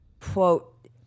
quote